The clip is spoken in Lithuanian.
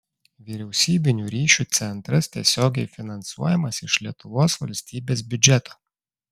vyriausybinių ryšių centras tiesiogiai finansuojamas iš lietuvos valstybės biudžeto